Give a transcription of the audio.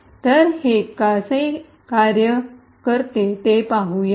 तर हे कसे कार्य करते ते पाहूया